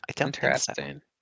Interesting